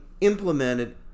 implemented